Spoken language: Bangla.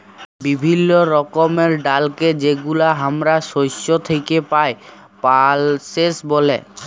বিভিল্য রকমের ডালকে যেগুলা হামরা শস্য থেক্যে পাই, পালসেস ব্যলে